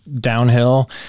downhill